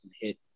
hit